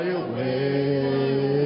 away